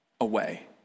away